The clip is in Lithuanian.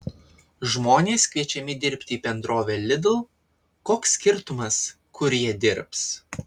žmonės kviečiami dirbti į bendrovę lidl koks skirtumas kur jie dirbs